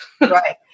Right